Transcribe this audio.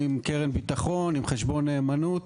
כמו קרן ביטחון וחשבון נאמנות,